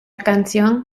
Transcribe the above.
canción